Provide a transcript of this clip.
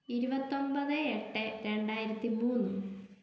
ഇരുപത്തൊമ്പത് എട്ട് രണ്ടായിരത്തി മൂന്ന്